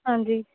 ਹਾਂਜੀ